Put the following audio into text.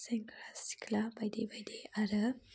सेंग्रा सिख्ला बायदि बायदि आरो